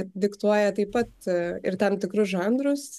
diktuoja taip pat ir tam tikrus žanrus